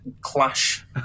clash